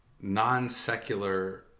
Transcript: non-secular